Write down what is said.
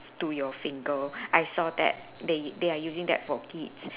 to your finger I saw that they they are using that for kids